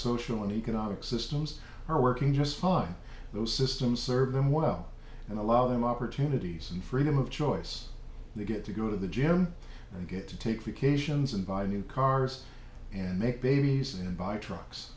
social and economic systems are working just fine those systems serve them well and allow them opportunities and freedom of choice they get to go to the gym and get to take vacations and buy new cars and make babies and buy trucks